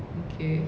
okay